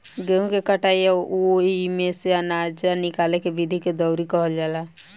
गेहूँ के कटाई आ ओइमे से आनजा निकाले के विधि के दउरी कहल जाला